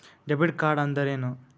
Debit ಕಾರ್ಡ್ಅಂದರೇನು?